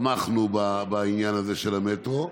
תמכנו בעניין הזה של המטרו.